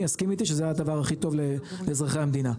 יסכים איתי שזה הדבר הכי טוב לאזרחי המדינה.